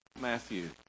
Matthew